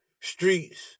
streets